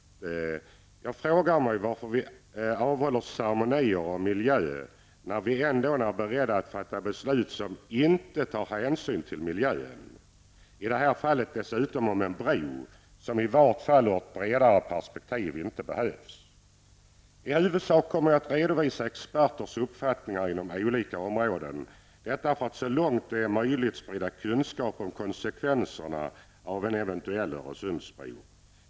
Jag frågar mig varför vi avhåller ceremonier om miljö när vi ändå inte är beredda att fatta beslut som tar hänsyn till miljön. I det här fallet gäller det dessutom en bro, som i varje fall i ett bredare perspektiv, inte behövs. I huvudsak kommer jag att redovisa experters uppfattningar inom olika områden -- detta för att så långt som möjligt sprida kunskap om konsekvenserna av en eventuell Öresundsbro.